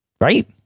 right